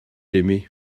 aimé